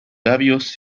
labios